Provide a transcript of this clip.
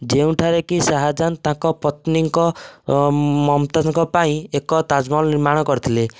ଯେଉଁଠାରେକି ଶାହାଜାନ୍ ତାଙ୍କ ପତ୍ନୀଙ୍କ ମମତାଜଙ୍କ ପାଇଁ ଏକ ତାଜ ମହଲ ନିର୍ମାଣ କରିଥିଲେ